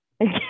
okay